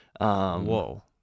Whoa